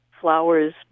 flowers